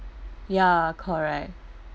ya correct